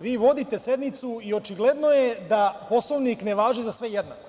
vi vodite sednicu i očigledno je da Poslovnik ne važi za sve jednako.